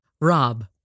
Rob